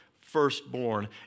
firstborn